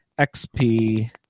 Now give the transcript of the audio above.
XP